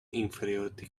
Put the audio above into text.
inferiority